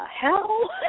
hell